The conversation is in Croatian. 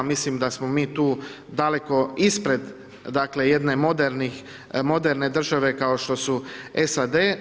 Mislim da smo mi tu daleko ispred, dakle, jedne moderne države kao što su SAD.